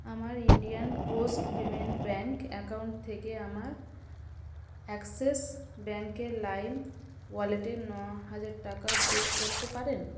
আমার Indian post payment bank account থেকে আমার অ্যাক্সিস ব্যাঙ্কের লাইম ওয়ালেটে ন হাজার টাকা যোগ করতে পারেন